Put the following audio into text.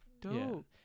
dope